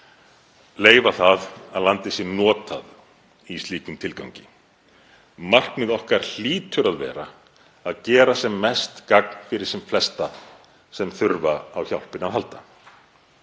leyfa það að landið sé notað í slíkum tilgangi. Markmið okkar hlýtur að vera að gera sem mest gagn fyrir sem flesta sem þurfa á hjálp að halda.